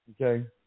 Okay